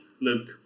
Look